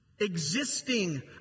existing